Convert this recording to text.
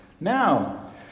Now